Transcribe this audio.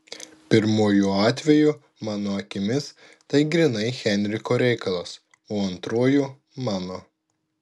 pirmuoju atveju mano akimis tai grynai henriko reikalas o antruoju mano